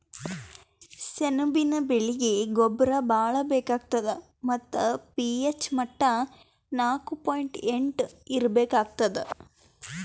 ಸೆಣಬಿನ ಬೆಳೀಗಿ ಗೊಬ್ಬರ ಭಾಳ್ ಬೇಕಾತದ್ ಮತ್ತ್ ಪಿ.ಹೆಚ್ ಮಟ್ಟಾ ನಾಕು ಪಾಯಿಂಟ್ ಎಂಟು ಇರ್ಬೇಕಾಗ್ತದ